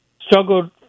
Struggled